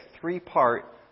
three-part